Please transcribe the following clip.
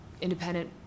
independent